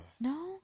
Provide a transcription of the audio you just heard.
No